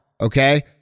okay